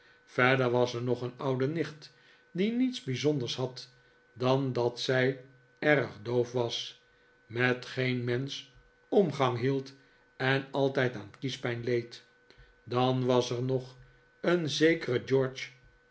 verder was er nog een oude nicht die niets bijzonders had dan dat zij erg doof was met geen mensch omgang hield en altijd aan kiespijn leed dan was er nog een zekere george